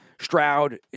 Stroud